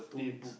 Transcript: two weeks